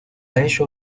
ello